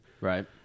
Right